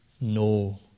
No